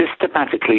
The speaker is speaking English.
systematically